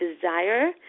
desire